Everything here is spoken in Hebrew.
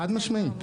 חד משמעית.